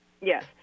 Yes